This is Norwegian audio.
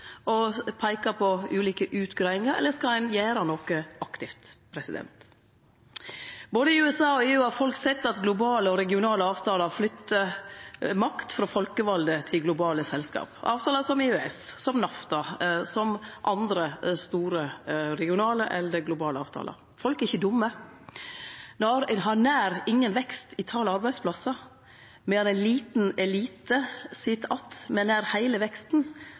og peike på ulike utgreiingar, eller skal ein gjere noko aktivt? Både i USA og EU har folk sett at globale og regionale avtalar flytter makt frå folkevalde til globale selskap – avtalar som EØS, som NAFTA, som andre store regionale eller globale avtalar. Folk er ikkje dumme. Når ein har nær ingen vekst i talet på arbeidsplassar, medan ein liten elite sit att med nær heile veksten,